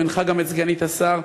הוא הנחה גם את סגנית השר.